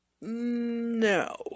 No